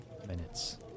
minutes